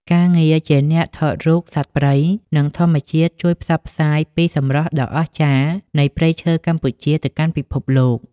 ការងារជាអ្នកថតរូបសត្វព្រៃ និងធម្មជាតិ ជួយផ្សព្វផ្សាយពីសម្រស់ដ៏អស្ចារ្យនៃព្រៃឈើកម្ពុជាទៅកាន់ពិភពលោក។